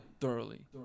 Thoroughly